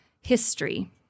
history